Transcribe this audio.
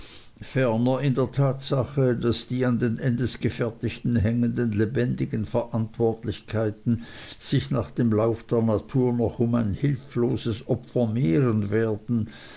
in der tatsache daß die an den endesgefertigten hängenden lebendigen verantwortlichkeiten sich nach dem lauf der natur noch um ein hilfloses opfer mehren werden